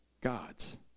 God's